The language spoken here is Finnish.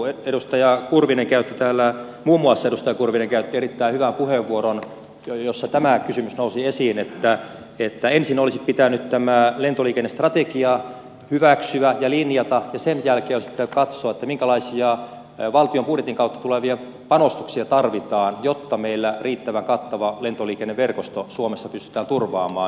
muun muassa edustaja kurvinen käytti täällä erittäin hyvän puheenvuoron jossa tämä kysymys nousi esiin että ensin olisi pitänyt tämä lentoliikennestrategia hyväksyä ja linjata ja sen jälkeen olisi pitänyt katsoa minkälaisia valtion budjetin kautta tulevia panostuksia tarvitaan jotta meillä riittävän kattava lentoliikenneverkosto suomessa pystytään turvaamaan